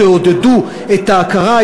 תעודדו את ההכרה,